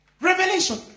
Revelation